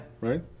Right